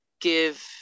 give